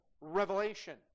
revelation